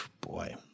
Boy